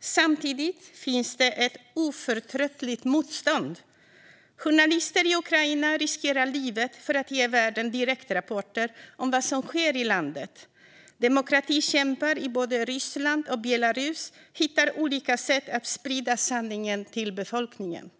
Samtidigt finns det ett oförtröttligt motstånd. Journalister i Ukraina riskerar livet för att ge världen direktrapporter om vad som sker i landet. Demokratikämpar i både Ryssland och Belarus hittar olika sätt att sprida sanningen till befolkningen.